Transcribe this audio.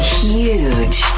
huge